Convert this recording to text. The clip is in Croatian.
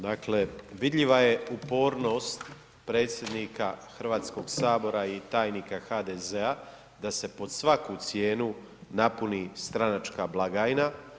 Dakle, vidljiva je upornost predsjednika Hrvatskog sabora i tajnika HDZ-a da se pod svaku cijenu napuni stranačka blagajna.